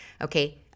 Okay